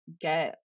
get